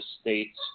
State's